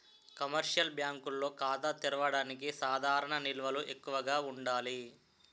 commercial బ్యాంకుల్లో ఖాతా తెరవడానికి సాధారణ నిల్వలు ఎక్కువగా ఉండాలి